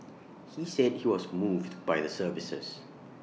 he said he was moved by the services